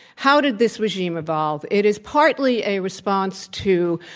how did this regime evolve? it is partly a response to